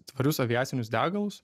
tvarius aviacinius degalus